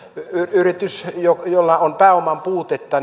yritys jolla on pääoman puutetta